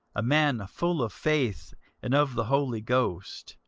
a man full of faith and of the holy ghost,